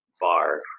bar